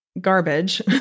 garbage